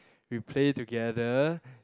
we play together